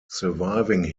surviving